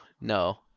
no